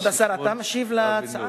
כבוד השר, אתה משיב על ההצעה?